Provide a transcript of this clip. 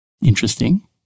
Interesting